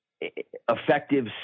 effective